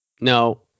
no